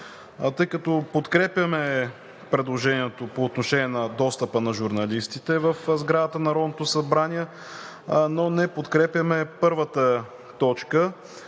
тъй като подкрепяме предложението по отношение достъпа на журналистите в сградата на Народното събрание, но не подкрепяме първата точка,